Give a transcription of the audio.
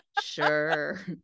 sure